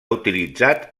utilitzat